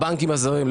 הבנקים הזרים,